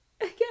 again